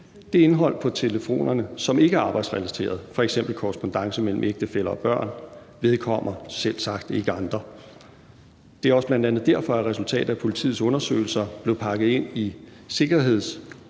Det indhold på telefonerne, som ikke er arbejdsrelateret, f.eks. korrespondance mellem ægtefæller og børn, vedkommer selvsagt ikke andre. Det er bl.a. også derfor, at resultatet af politiets undersøgelser blev pakket ind i